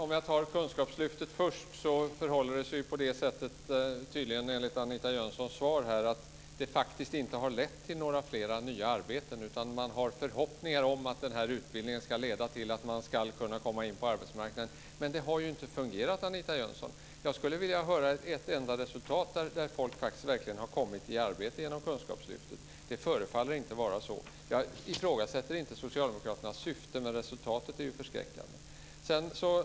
Herr talman! Enligt Anita Jönssons svar har Kunskapslyftet tydligen inte lett till fler nya arbeten, utan man har förhoppningar om att den här utbildningen ska leda till att det ska gå att komma in på arbetsmarknaden. Men det har ju inte fungerat, Anita Jönsson! Jag skulle vilja be Anita Jönsson peka på ett enda resultat som visar att människor faktiskt har kommit i arbete genom Kunskapslyftet. Det förefaller inte vara så. Jag ifrågasätter inte Socialdemokraternas syfte men resultatet är förskräckande.